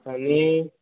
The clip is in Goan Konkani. आनी